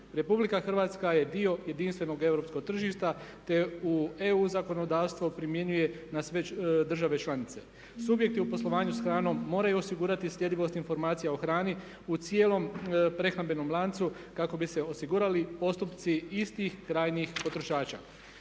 Republika Hrvatska je dio jedinstvenog europskog tržišta te se EU zakonodavstvo primjenjuje već na države članice. Subjekti u poslovanju s hranom moraju osigurati sljedivost informacija o hrani u cijelom prehrambenom lancu kako bi se osigurali postupci istih krajnjih potrošača.